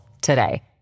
today